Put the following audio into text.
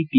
T